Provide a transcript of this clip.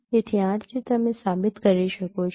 તેથી આ રીતે તમે સાબિત કરી શકો છો